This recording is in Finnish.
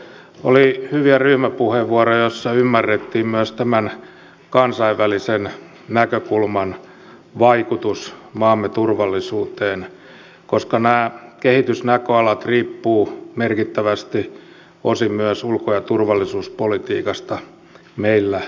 oli hyviä ryhmäpuheenvuoroja joissa ymmärrettiin myös tämän kansainvälisen näkökulman vaikutus maamme turvallisuuteen koska nämä kehitysnäköalat riippuvat merkittävästi osin myös ulko ja turvallisuuspolitiikasta meillä ja muualla